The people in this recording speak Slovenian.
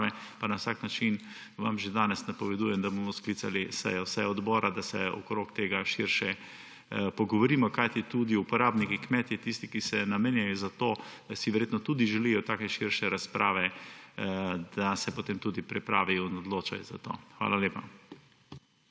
pa na vsak način vam že danes napovedujem, da bomo sklicali sejo odbora, da se okrog tega širše pogovorimo, kajti tudi uporabniki, kmetje, tisti, ki se namenjajo za to, si verjetno tudi želijo take širše razprave, da se potem tudi pripravijo in odločajo za to. Hvala lepa.